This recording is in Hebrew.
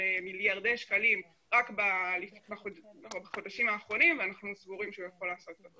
מיליארדי שקלים רק בחודשים האחרונים ואנחנו סבורים שהוא יכול לעשות זאת.